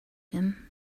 him